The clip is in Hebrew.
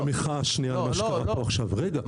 רגע,